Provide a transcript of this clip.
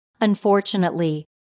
Unfortunately